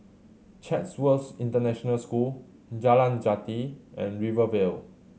Chatsworth International School Jalan Jati and Rivervale